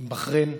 עם בחריין,